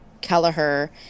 Kelleher